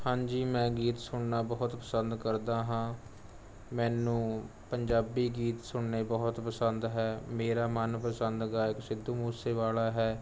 ਹਾਂਜੀ ਮੈਂ ਗੀਤ ਸੁਣਨਾ ਬਹੁਤ ਪਸੰਦ ਕਰਦਾ ਹਾਂ ਮੈਨੂੰ ਪੰਜਾਬੀ ਗੀਤ ਸੁਣਨੇ ਬਹੁਤ ਪਸੰਦ ਹੈ ਮੇਰਾ ਮਨਪਸੰਦ ਗਾਇਕ ਸਿੱਧੂ ਮੁਸੇਵਾਲਾ ਹੈ